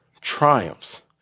triumphs